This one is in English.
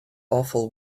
awful